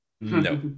No